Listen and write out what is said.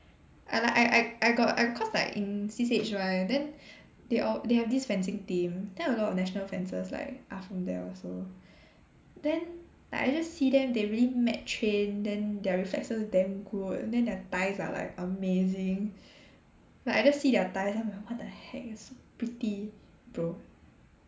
I like I I I got cause like in C_C_H right then they all they have this fencing team then a lot of national fencers like are from there also then like I just see them they really mad train then their reflexes damn good then their thighs are like amazing like I just see their thighs I'm like what the heck is so pretty bro